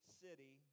city